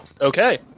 Okay